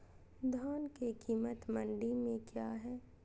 धान के कीमत मंडी में क्या है?